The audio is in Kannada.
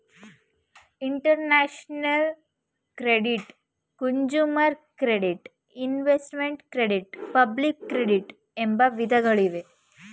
international credit, consumer credit, investment credit public credit ಎಂಬ ವಿಧಗಳಿವೆ